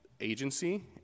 agency